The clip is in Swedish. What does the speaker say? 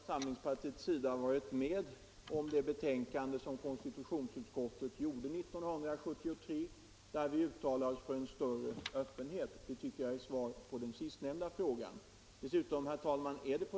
Herr talman! Moderata samlingspartiet har varit med om att skriva under det betänkande som konstitutionsutskottet avlämnade 1973 och där större öppenhet önskas. Det tycker jag är svar tillräckligt på herr Geijers fråga.